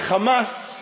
ה"חמאס"